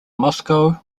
moscow